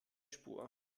spur